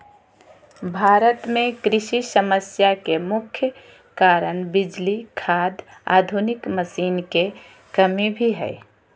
भारत में कृषि समस्या के मुख्य कारण बिजली, खाद, आधुनिक मशीन के कमी भी हय